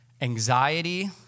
anxiety